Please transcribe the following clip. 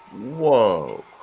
Whoa